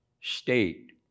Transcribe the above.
state